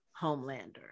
Homelander